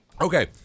okay